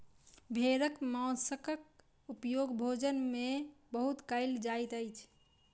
भेड़क मौंसक उपयोग भोजन में बहुत कयल जाइत अछि